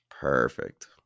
Perfect